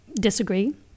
disagree